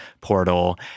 portal